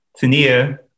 Tania